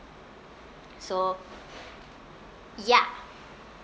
so ya